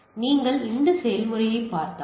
எனவே நீங்கள் இந்த செயல்முறையைப் பார்த்தால்